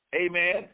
Amen